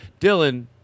Dylan